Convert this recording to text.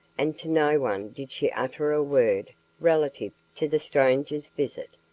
and to no one did she utter a word relative to the stranger's visit,